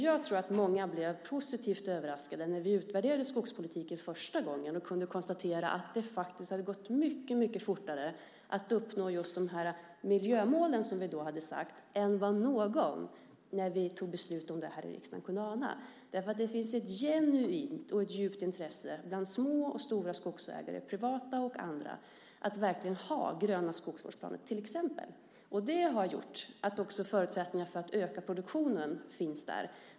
Jag tror att många blev positivt överraskade när vi utvärderade skogspolitiken första gången och kunde konstatera att det faktiskt hade gått mycket fortare att uppnå de miljömål som vi hade satt upp än vad någon kunde ana när vi fattade beslut om detta här i riksdagen. Det finns ett genuint och djupt intresse bland små och stora skogsägare, privata och andra, att verkligen ha gröna skogsvårdsplaner till exempel. Det har gjort att också förutsättningar för att öka produktionen finns där.